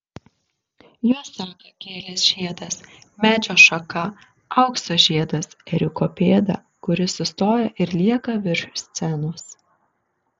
juos seka gėlės žiedas medžio šaka aukso žiedas ėriuko pėda kuri sustoja ir lieka virš scenos